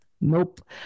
nope